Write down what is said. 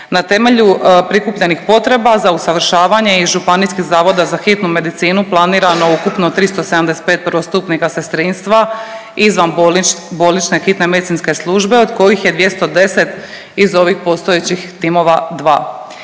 Na temelju prikupljenih potreba za usavršavanje iz županijskih zavoda za hitnu medicinu planirano ukupno 375 prvostupnika sestrinstva izvan bolnične hitne medicinske službe od kojih je 210 iz ovih postojećih timova